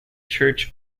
church